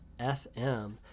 fm